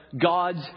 God's